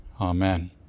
Amen